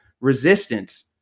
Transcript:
resistance